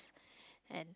and